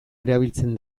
erabiltzen